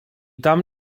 tam